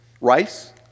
rice